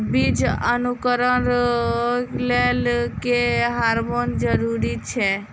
बीज अंकुरण लेल केँ हार्मोन जरूरी छै?